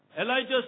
Elijah